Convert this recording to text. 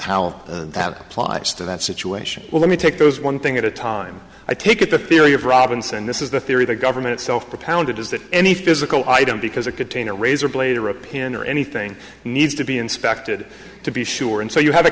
how that applies to that situation well let me take those one thing at a time i take it the theory of robinson this is the theory the government itself propounded is that any physical item because it contain a razor blade or a pin or anything needs to be inspected to be sure and so you have a